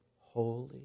Holy